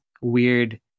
weird